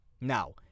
Now